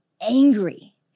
angry